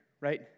right